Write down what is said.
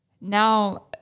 now